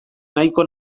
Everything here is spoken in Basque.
nahiko